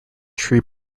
tree